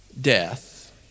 death